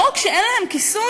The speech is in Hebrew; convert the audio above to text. לא רק שאין להם כיסוי,